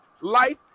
life